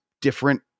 different